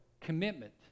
commitment